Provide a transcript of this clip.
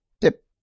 tip